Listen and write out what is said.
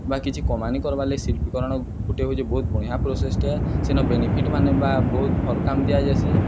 ବା କିଛି କମାନି କର୍ବାର୍ଲାଗି ଶିଳ୍ପୀକରଣ ଗୁଟେ ହଉଛେ ବହୁତ୍ ବଢ଼ିଆ ପ୍ରସେସ୍ଟେ ଏ ସେନ ବେନିଫିଟ୍ମାନେ ବା ବହୁତ୍ ଭଲ୍ କାମ୍ ଦିଆଯାଏସି